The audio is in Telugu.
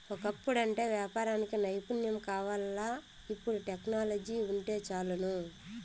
ఒకప్పుడంటే యాపారానికి నైపుణ్యం కావాల్ల, ఇపుడు టెక్నాలజీ వుంటే చాలును